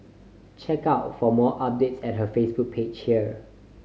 check out for more updates at her Facebook page here